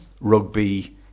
rugby